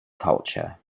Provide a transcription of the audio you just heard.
culture